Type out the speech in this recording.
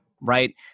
right